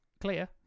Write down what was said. Clear